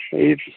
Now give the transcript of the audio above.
शहीद के